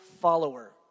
follower